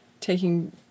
taking